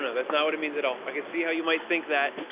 and that's not what it means at all. i can see how you might think that.